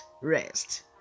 rest